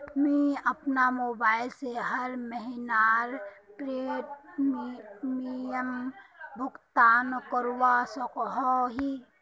मुई अपना मोबाईल से हर महीनार प्रीमियम भुगतान करवा सकोहो ही?